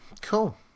cool